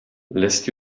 lest